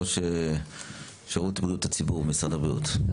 ראש שירותי בריאות הציבור במשרד הבריאות,